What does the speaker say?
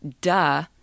Duh